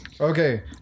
Okay